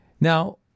Now